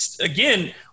again